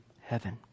heaven